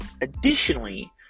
Additionally